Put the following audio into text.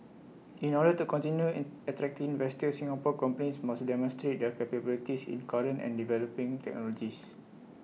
in order to continue an attracting investors Singapore companies must demonstrate their capabilities in current and developing technologies